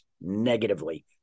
negatively